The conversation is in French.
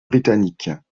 britanniques